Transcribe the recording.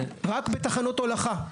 רק בתחנות הולכה.